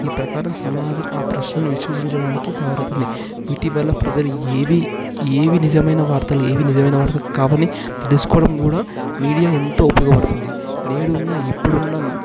ఈ ప్రకారం సమాజం ఆ ప్రశ్నని విశ్వసించడానికి తయారవుతుంది ఇటీవల ప్రజలు ఏదీ ఏవి నిజమైన వార్తలు ఏవి నిజమైన వార్తలు కావని తెలుసుకోవడం కూడా మీడియా ఎంతో ఉయోగపడుతుంది నేడు ఉన్న ఇప్పుడున్న